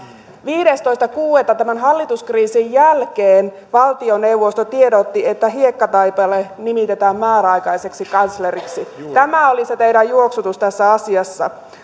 viidestoista kuudetta tämän hallituskriisin jälkeen valtioneuvosto tiedotti että hiekkataipale nimitetään määräaikaiseksi kansleriksi tämä oli se teidän juoksutuksenne tässä asiassa